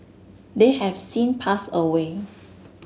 they have since passed away